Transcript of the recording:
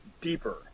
deeper